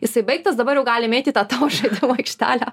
jisai baigtas dabar jau galim eit į tą tavo žaidimų aikštelę